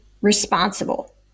responsible